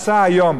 עם החוק הזה,